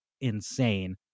insane